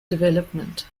development